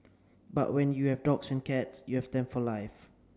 but when you have dogs and cats you have them for life